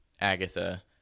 Agatha